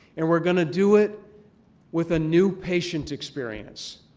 and we're going to do it with a new patient experience.